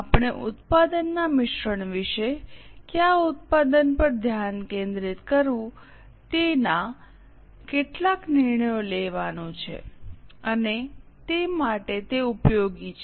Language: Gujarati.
આપણે ઉત્પાદનના મિશ્રણ વિશે કયા ઉત્પાદન પર ધ્યાન કેન્દ્રિત કરવું તે ના કેટલાક નિર્ણયો લેવાનું છે અને તે માટે તે ઉપયોગી છે